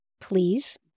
please